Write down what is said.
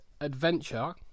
adventure